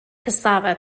cassava